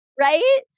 Right